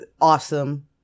awesome